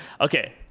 Okay